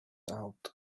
out